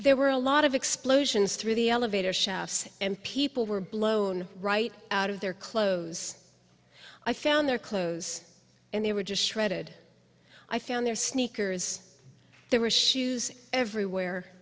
there were a lot of explosions through the elevator shafts and people were blown right out of their clothes i found their clothes and they were just shredded i found their sneakers there were shoes everywhere